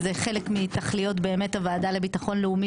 שזה חלק מתכליות הוועדה לביטחון לאומי